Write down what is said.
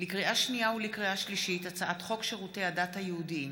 לקריאה שנייה ולקריאה שלישית: הצעת חוק שירותי הדת היהודיים